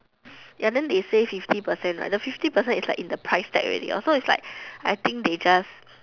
ya then they say fifty percent right the fifty percent is like in the price tag already so is like I think they just